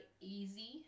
easy